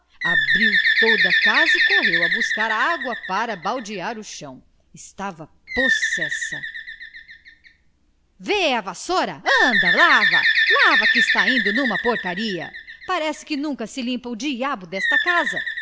abriu toda a casa e correu a buscar água para baldear o chão estava possessa vê a vassoura anda lava lava que está isto uma porcaria parece que nunca se limpa o diabo desta casa